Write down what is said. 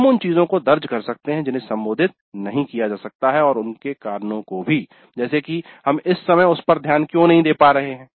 हम उन चीजों को दर्ज कर सकते हैं जिन्हें संबोधित नहीं किया जा सकता है और उनके कारणों को भी जैसे कि हम इस समय उस पर ध्यान क्यों नहीं दे पा रहे हैं